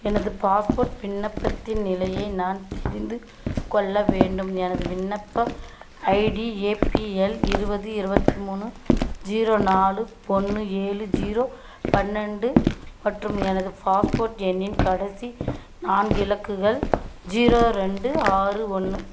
எனது பாஸ்போர்ட் விண்ணப்பத்தின் நிலையை நான் தெரிந்து கொள்ள வேண்டும் எனது விண்ணப்ப ஐடி ஏ பி எல் இருபது இருபத்தி மூணு ஜீரோ நாலு ஒன்று ஏழு ஜீரோ பன்னெண்டு மற்றும் எனது ஃபாஸ்போர்ட் எண்ணின் கடைசி நான்கு இலக்குகள் ஜீரோ ரெண்டு ஆறு ஒன்று